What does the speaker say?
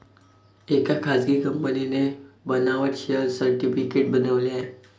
एका खासगी कंपनीने बनावट शेअर सर्टिफिकेट बनवले आहे